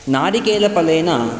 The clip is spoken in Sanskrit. नारिकेलफलेन